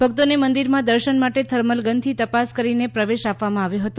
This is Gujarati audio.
ભક્તોને મંદિરમાં દર્શન માટે થર્મલ ગનથી તપાસ કરીને મંદિરમાં પ્રવેશ આપવામાં આવ્યો હતો